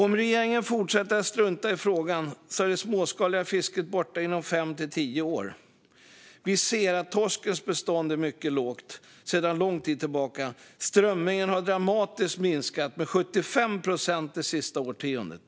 Om regeringen fortsätter att strunta i frågan kommer det småskaliga fisket att vara borta inom 5-10 år. Torskens bestånd är mycket lågt sedan lång tid tillbaka. Strömmingen har minskat dramatiskt med 75 procent det senaste årtiondet.